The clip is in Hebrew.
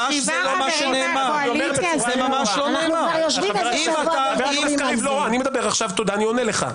לא מספיק מהותי להבין שאתם בעצם לא רוצים ועדה אלא רוצים משרד?